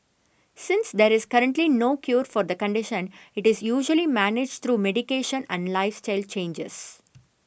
since there is currently no cure for the condition it is usually managed through medication and lifestyle changes